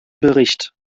bericht